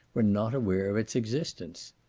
were not aware of its existence.